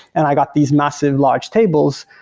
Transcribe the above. and i got these massive large tables.